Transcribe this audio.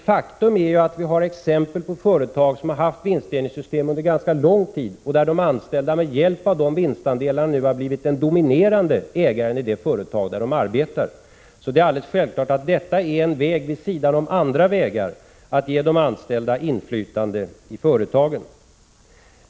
Faktum är ju att vi har exempel på företag som har haft vinstdelningssystem under ganska lång tid och där de anställda med hjälp av vinstandelarna nu har blivit den dominerande ägaren i det företag där de arbetar. Så det är alldeles självklart att detta är en väg vid sidan av andra vägar att ge de anställda inflytande i företagen.